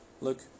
Look